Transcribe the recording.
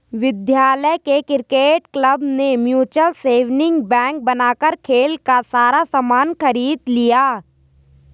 विद्यालय के cricket club ने म्यूचल सेविंग बैंक बनाकर खेल का सारा सामान खरीद लिया